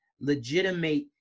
legitimate